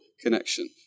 connection